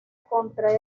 contra